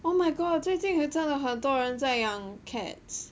oh my god 最近有真的很多人在养 cats